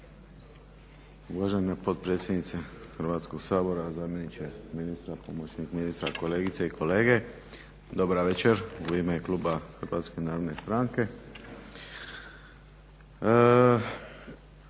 Uvažena potpredsjednice Hrvatskog sabora, zamjeniče ministra, pomoćnik ministra, kolegice i kolege. Dobra večer, u ime kluba Hrvatske narodne stranke.